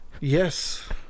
Yes